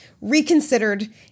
reconsidered